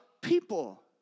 people